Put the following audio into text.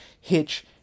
hitch